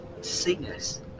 singers